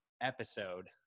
episode